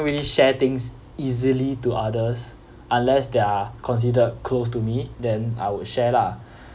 really share things easily to others unless they are considered close to me then I would share lah